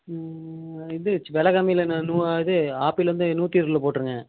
இது வில கம்மியில் என்ன நூ ஆ இது ஆப்பிள் வந்து நூற்றி இருபதுல போட்டுருங்க